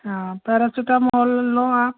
हाँ पैरासिटामोल लो आप